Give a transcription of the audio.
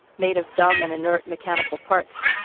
made of dumb and inert mechanical parts.